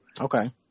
Okay